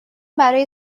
برای